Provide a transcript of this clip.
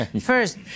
first